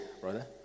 brother